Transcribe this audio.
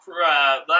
last